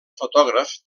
fotògraf